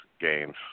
games